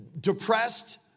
depressed